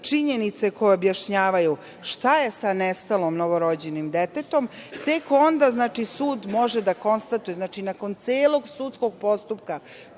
činjenice koje objašnjavaju šta je se nestalim novorođenim detetom, tek onda sud može da konstatuje, znači nakon celog sudskog postupka